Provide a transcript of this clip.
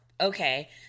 Okay